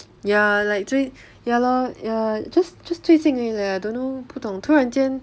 ya like 最 ya lor ya just just 最近而已 leh don't know 不懂突然间